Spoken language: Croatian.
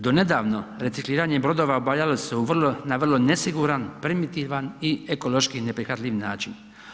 Do nedavno recikliranje brodova obavljalo se na vrlo nesiguran, primitivan i ekološki neprihvatljiv način.